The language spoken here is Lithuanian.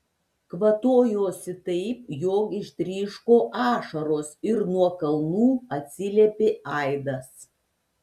kvatojosi taip jog ištryško ašaros ir nuo kalnų atsiliepė aidas